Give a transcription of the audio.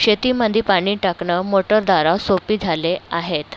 शेतीमंदी पाणी टाकणं मोटरद्वारा सोपी झाले आहेत